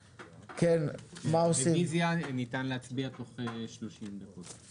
על רביזיה ניתן להצביע תוך 30 דקות.